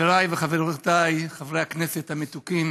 חבריי וחברותיי חברי הכנסת המתוקים